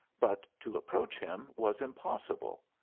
but to approach him was impossible.